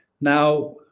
Now